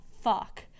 fuck